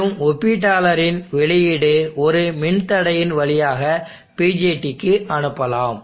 மேலும் ஒப்பீட்டாளரின் வெளியீடு ஒரு மின்தடையின் வழியாக BJTக்கு அனுப்பலாம்